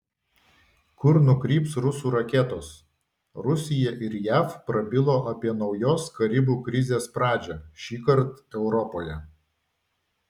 kur nukryps rusų raketos rusija ir jav prabilo apie naujos karibų krizės pradžią šįkart europoje